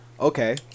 Okay